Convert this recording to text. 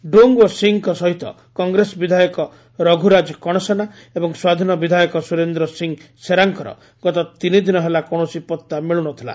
ଡୁଙ୍ଗ୍ ଓ ସିଂହଙ୍କ ସହିତ କଂଗ୍ରେସ ବିଧାୟକ ରଘ୍ରରାଜ କଣସାନା ଏବଂ ସ୍କାଧୀନ ବିଧାୟକ ସ୍ୱରେନ୍ଦ ସିଂହ ସେରାଙ୍କର ଗତ ତିନି ଦିନ ହେଲା କୌଣସି ପତ୍ତା ମିଳୁନଥିଲା